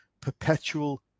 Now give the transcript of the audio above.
perpetual